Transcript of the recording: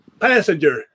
Passenger